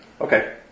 Okay